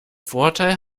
vorteil